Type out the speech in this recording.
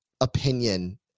opinion